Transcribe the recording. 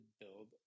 build